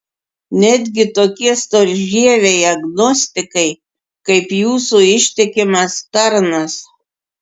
netgi tokie storžieviai agnostikai kaip jūsų ištikimas tarnas